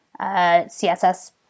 css